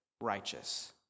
righteous